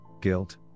guilt